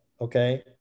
okay